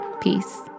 Peace